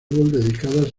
dedicadas